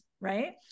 right